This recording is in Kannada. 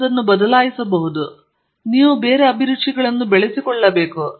ನೀವು ಅದನ್ನು ಬದಲಾಯಿಸಬಹುದು ಆದರೆ ನೀವು ಅಭಿರುಚಿಗಳನ್ನು ಬೆಳೆಸಬೇಕು